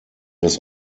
des